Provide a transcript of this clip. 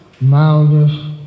mildness